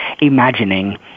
imagining